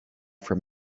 from